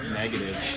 negative